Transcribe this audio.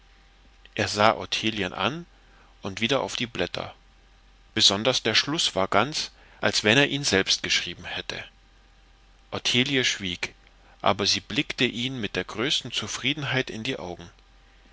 er sah ottilien an und wieder auf die blätter besonders der schluß war ganz als wenn er ihn selbst geschrieben hätte ottilie schwieg aber sie blickte ihm mit der größten zufriedenheit in die augen